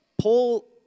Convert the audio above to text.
Paul